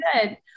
good